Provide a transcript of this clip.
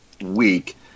week